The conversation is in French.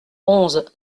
onze